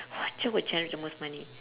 what job would generate the most money